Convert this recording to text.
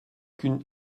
qu’une